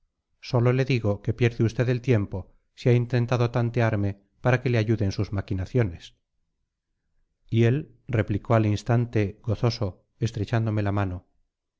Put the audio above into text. sólo le digo que pierde usted el tiempo si ha intentado tantearme para que le ayude en sus maquinaciones y él replicó al instante gozoso estrechándome la mano